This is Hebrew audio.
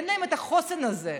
אין להם את החוסן הזה.